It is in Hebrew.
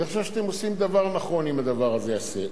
אני חושב שאתם עושים דבר נכון אם הדבר הזה ייעשה,